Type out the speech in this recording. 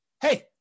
hey